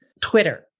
Twitter